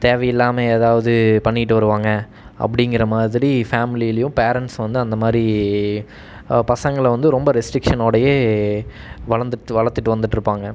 தேவையில்லாமல் ஏதாவது பண்ணிக்கிட்டு வருவாங்க அப்படிங்கிற மாதிரி ஃபேம்லிலியும் பேரண்ட்ஸ் வந்து அந்த மாதிரி பசங்களை வந்து ரொம்ப ரெஸ்ட்ரிக்ஷனோடையே வளர்ந்துட்டு வளர்த்துட்டு வந்துகிட்ருப்பாங்க